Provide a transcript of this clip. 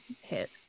hit